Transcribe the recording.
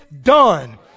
done